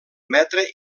metre